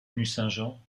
nucingen